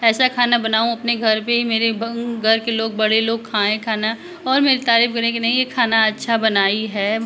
ऐसा खाना बनाऊँ अपने घर पर कि मेरे घर के लोग बड़े लोग खाएँ खाना और मेरी तारीफ करें कि नही यह खाना अच्छा बनाई है